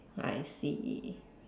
I see